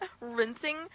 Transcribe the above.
rinsing